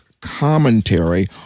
commentary